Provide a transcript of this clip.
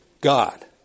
God